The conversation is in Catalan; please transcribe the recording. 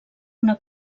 una